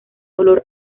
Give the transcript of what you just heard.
olor